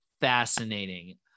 fascinating